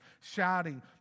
shouting